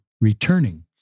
returning